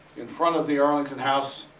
in front of the arlington house,